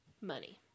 money